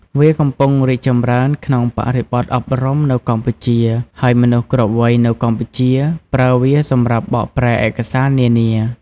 វាក៏កំពុងរីកចម្រើនក្នុងបរិបទអប់រំនៅកម្ពុជា ហើយមនុស្សគ្រប់វ័យនៅកម្ពុជា ប្រើវាសម្រាប់បកប្រែឯកសារនានា។